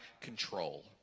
control